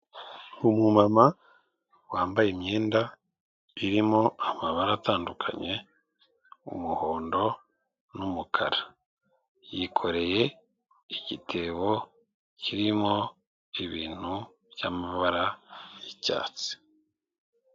Umumama wambaye imyenda irimo amabara atandukanye, umuhondo n'umukara. Yikoreye igitebo kirimo ibintu by'amabara y'icyatsi.